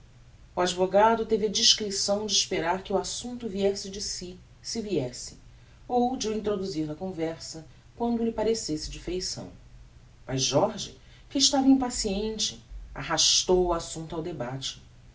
o advogado teve a discrição de esperar que o assumpto viesse de si se viesse ou de o introduzir na conversa quando lhe parecesse de feição mas jorge que estava impaciente arrastou o assumpto ao debate